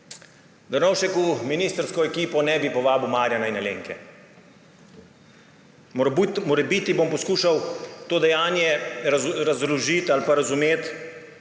Drnovšek v ministrsko ekipo ne bi povabil Marjana in Alenke. Morebiti bom poskušal to dejanje razložiti ali pa razumeti